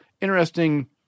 interesting